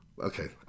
Okay